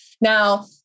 Now